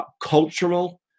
cultural